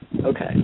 okay